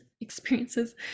experiences